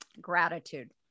Gratitude